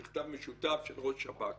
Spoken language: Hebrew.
מכתב משותף של ראש השב"כ